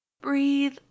breathe